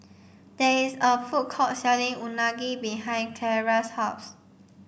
there is a food court selling Unagi behind Clara's house